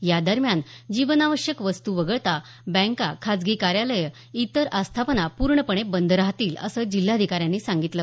यादरम्यान जीवनावश्यक वस्तू वगळता बँका खाजगी कार्यालय इतर आस्थापना पूर्णपणे बंद राहतील असं जिल्हाधिकाऱ्यांनी सांगितलं